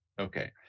Okay